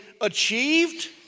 achieved